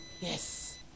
Yes